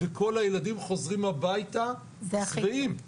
וכל הילדים חוזרים הביתה שבעים.